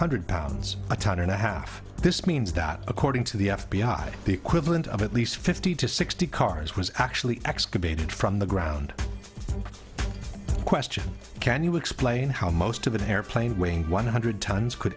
hundred pounds a ton and a half this means that according to the f b i the equivalent of at least fifty to sixty cars was actually excavated from the ground question can you explain how my most of an airplane weighing one hundred tons could